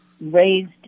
raised